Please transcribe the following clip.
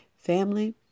Family